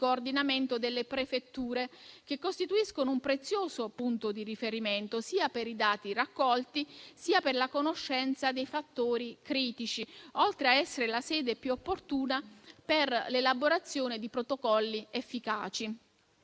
coordinamento delle prefetture, che costituiscono un prezioso punto di riferimento sia per i dati raccolti, sia per la conoscenza dei fattori critici, oltre a essere la sede più opportuna per l'elaborazione di protocolli efficaci.